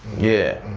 yeah.